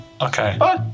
Okay